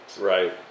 Right